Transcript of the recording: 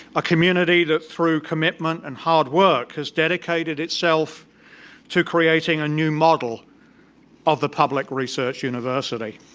a community that through commitment and hard work has dedicated itself to creating a new model of the public research university.